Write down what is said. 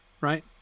right